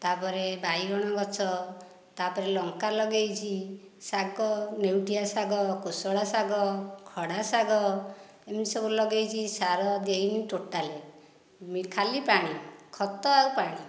ତାପରେ ବାଇଗଣ ଗଛ ତାପରେ ଲଙ୍କା ଲଗାଇଛି ଶାଗ ଲେଉଟିଆ ଶାଗ କୋଶଳା ଶାଗ ଖଡ଼ା ଶାଗ ଏମିତି ସବୁ ଲଗାଇଛି ସାର ଦେଇନି ଟୋଟାଲି ଖାଲି ପାଣି ଖତ ଆଉ ପାଣି